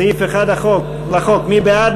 סעיף 1 לחוק, מי בעד?